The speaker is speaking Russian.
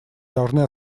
должны